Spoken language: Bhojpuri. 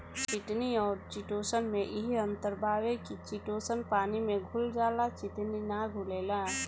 चिटिन अउरी चिटोसन में इहे अंतर बावे की चिटोसन पानी में घुल जाला चिटिन ना घुलेला